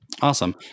Awesome